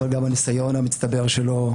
אבל גם הניסיון המצטבר שלו,